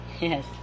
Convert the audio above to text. Yes